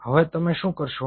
હવે તમે શું કરશો